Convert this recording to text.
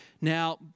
Now